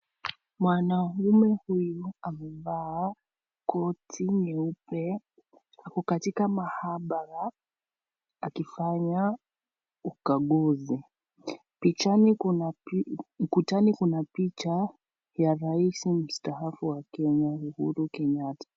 Mwanaume mwenye amevaa koti nyeupe ako katika maabara akifanya ukaguzi. Ukutani kuna picha ya rais mstaafu wa Kenya Uhuru Kenyatta.